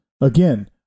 again